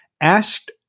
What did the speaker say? asked